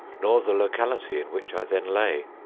nor the locality in which i then lay.